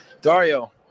Dario